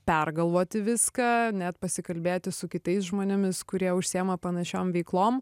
pergalvoti viską net pasikalbėti su kitais žmonėmis kurie užsiima panašiom veiklom